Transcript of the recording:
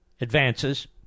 advances